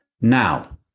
Now